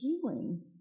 healing